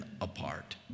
apart